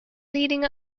leading